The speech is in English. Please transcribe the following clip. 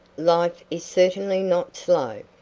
life is certainly not slow.